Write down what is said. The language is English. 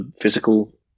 physical